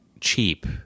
cheap